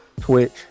Twitch